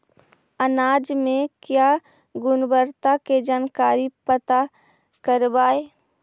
अनाज मे क्या गुणवत्ता के जानकारी पता करबाय?